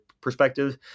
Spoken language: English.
perspective